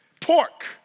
pork